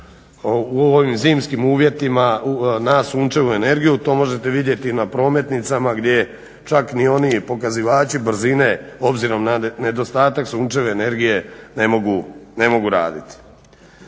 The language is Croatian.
u ovim zimskim uvjetima na sunčevu energiju. To možete vidjeti na prometnicama gdje čak ni oni pokazivači brzine obzirom na nedostatak sunčeve energije ne mogu raditi.